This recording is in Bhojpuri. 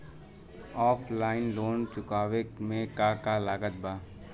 ऑफलाइन लोन चुकावे म का का लागत बा?